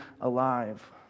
alive